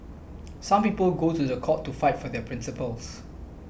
some people go to the court to fight for their principles